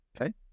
Okay